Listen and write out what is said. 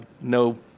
No